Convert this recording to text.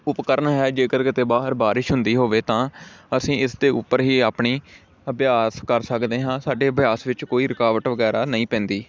ਉਪਕਰਨ ਹੈ ਜੇਕਰ ਕਿਤੇ ਬਾਹਰ ਬਾਰਿਸ਼ ਹੁੰਦੀ ਹੋਵੇ ਤਾਂ ਅਸੀਂ ਇਸ ਦੇ ਉੱਪਰ ਹੀ ਆਪਣੀ ਅਭਿਆਸ ਕਰ ਸਕਦੇ ਹਾਂ ਸਾਡੇ ਅਭਿਆਸ ਵਿੱਚ ਕੋਈ ਰੁਕਾਵਟ ਵਗੈਰਾ ਨਹੀਂ ਪੈਂਦੀ